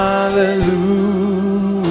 Hallelujah